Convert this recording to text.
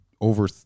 over